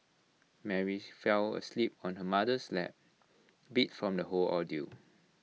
Mary fell asleep on her mother's lap beat from the whole ordeal